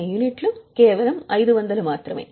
3 వ సంవత్సరంలో ఉత్పత్తి చేసిన యూనిట్లు కేవలం 500 మాత్రమే